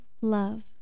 love